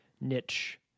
niche